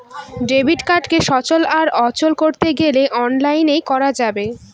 debit কার্ডকে সচল আর অচল করতে গেলে অনলাইনে করা যাবে